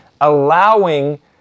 allowing